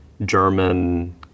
German